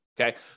okay